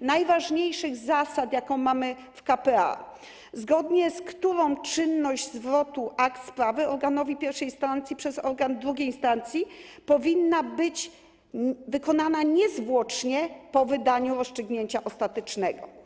najważniejszych zasad, jaką mamy w k.p.a., zgodnie z którą czynność zwrotu akt sprawy organowi I instancji przez organ II instancji powinna być wykonana niezwłocznie po wydaniu rozstrzygnięcia ostatecznego.